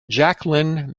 jacqueline